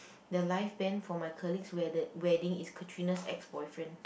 the live band for my colleague's wedded wedding is Katrina's ex-boyfriend